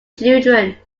children